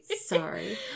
Sorry